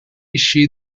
she